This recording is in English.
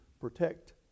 protect